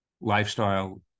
lifestyle